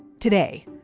today,